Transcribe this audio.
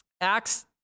Acts